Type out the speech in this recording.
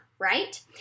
Right